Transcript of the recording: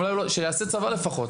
שיעשה צבא לפחות.